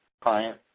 client